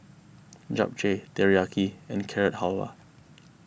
Japchae Teriyaki and Carrot Halwa